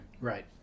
Right